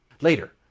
Later